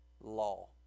law